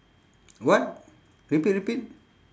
what repeat repeat